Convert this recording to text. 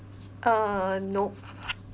uh nope